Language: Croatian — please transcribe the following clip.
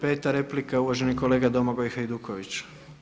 Peta replika uvaženi kolega Domagoj Hajduković.